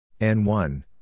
N1